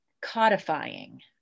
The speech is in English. codifying